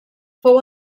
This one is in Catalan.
fou